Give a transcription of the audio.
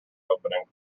opening